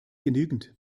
genügend